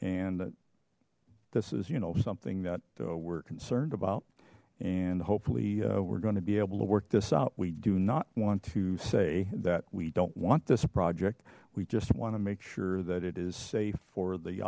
and this is you know something that we're concerned about and hopefully we're going to be able to work this out we do not want to say that we don't want this project we just want to make sure that it is safe for the